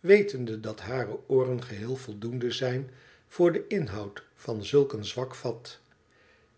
wetende dat hare ooren geheel voldoende zijn voor den inhoud van zulk een zwak vat